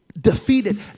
defeated